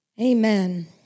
Amen